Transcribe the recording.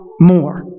more